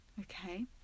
Okay